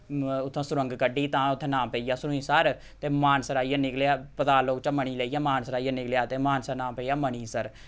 उत्थोआं सुरंग कड्डी तां उत्थै नांऽ पेई गेआ सुरुईंसर ते मानसर आइयै निकलेआ पताल लोक चा मणि लेइयै मानसर आइयै निकलेआ ते मानसर नांऽ पेई गेआ मणिसार